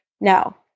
No